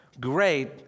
Great